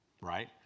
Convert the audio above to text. Right